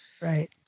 Right